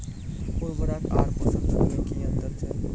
उर्वरक आर पोसक तत्व मे की अन्तर छै?